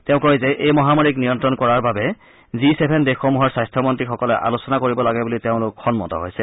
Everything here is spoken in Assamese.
তেওঁ কয় যে এই মহামাৰীক নিয়ন্ত্ৰণ কৰাৰ বাবে জি চেভেন দেশসমূহৰ স্বাস্থ্যমন্ত্ৰীসকলে আলোচনা কৰিব লাগে বুলি তেওঁলোকে সন্মত হৈছে